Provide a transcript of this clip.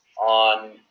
on